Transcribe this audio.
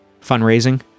fundraising